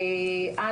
והם: